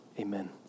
Amen